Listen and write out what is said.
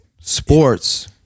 Sports